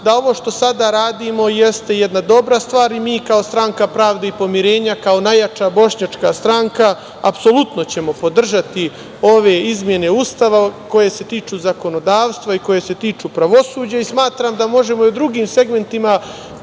da ovo što sada radimo jeste jedna dobra stvar i mi kao Stranka pravde i pomirenja, kao najjača bošnjačka stranka, apsolutno ćemo podržati ove izmene Ustava koje se tiču zakonodavstva i koje se tiču pravosuđa. Smatram da možemo i o drugim segmentima